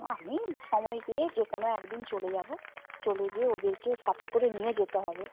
আমি সময় পেয়ে যে কোনো এক দিন চলে যাবো চলে গিয়ে ওদেরকে সাথে করে নিয়ে যেতে হবে